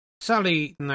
Sally